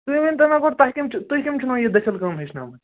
تُہۍ ؤنۍ تَو مےٚ گۄڈٕ تۄہہِ کٔمۍ چھَو تۅہہِ کٔمۍ چھُنَو یہِ دٔسِل کٲم ہیٚچھنٲومٕژ